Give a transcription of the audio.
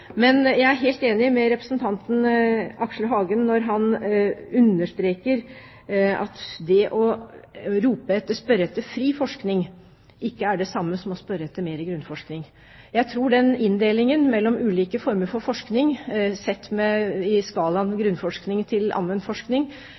Jeg er helt enig med representanten Aksel Hagen når han understreker at det å spørre etter fri forskning ikke er det samme som å spørre etter mer grunnforskning. Jeg tror inndelingen mellom ulike former for forskning på en skala fra grunnforskning til anvendt forskning og å forsøke å se helheten i